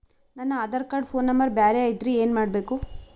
ನನ Aadhaar card phone number ಬ್ಯಾರೆ ಐತ್ರಿ ಏನ ಮಾಡಬೇಕು?